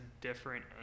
different